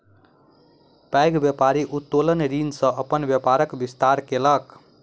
पैघ व्यापारी उत्तोलन ऋण सॅ अपन व्यापारक विस्तार केलक